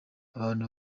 abantu